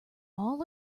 all